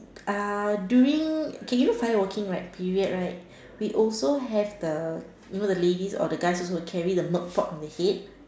uh during okay you know find walking right period right we also have the you know the ladies or the guys also carry the milk pot on the head